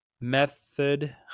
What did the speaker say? Method